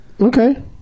Okay